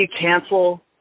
cancel